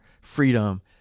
freedom